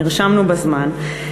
נרשמנו בזמן.